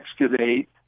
excavate